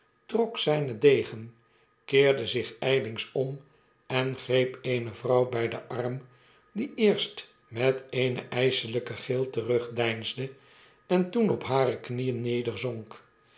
trok zpen degen keerde zich ijlings om en greep eene vrouw bj den arm die eerst met eenen jjselijken gil terugdeinsde en toen op hare knieen nederzonk